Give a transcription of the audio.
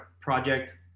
project